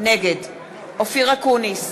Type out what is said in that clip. נגד אופיר אקוניס,